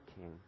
king